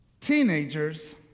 teenagers